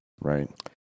right